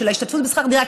של ההשתתפות בשכר דירה,